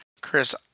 Chris